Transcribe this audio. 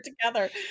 together